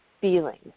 feelings